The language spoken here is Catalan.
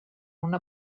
una